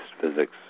physics